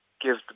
give